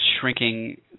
shrinking